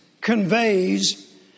conveys